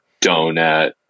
donut